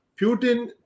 Putin